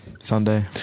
sunday